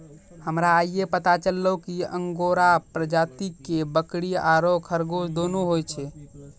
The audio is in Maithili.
हमरा आइये पता चललो कि अंगोरा प्रजाति के बकरी आरो खरगोश दोनों होय छै